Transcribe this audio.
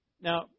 Now